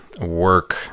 work